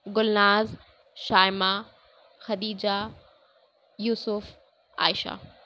Gulnaz Shaima Khadija Yusuf Aisha